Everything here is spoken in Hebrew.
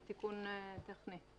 זה תיקון טכני.